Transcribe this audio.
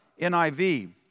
NIV